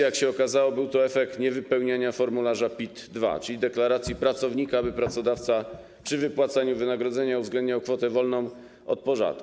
Jak się okazało, był to efekt niewypełnienia formularza PIT-2, czyli deklaracji pracownika, by pracodawca przy wypłaceniu wynagrodzenia uwzględniał kwotę wolną od podatku.